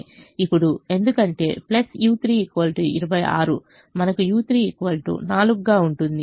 ఇప్పుడు ఎందుకంటే u3 26 మనకు u3 4 గా ఉంటుంది